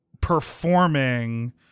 Performing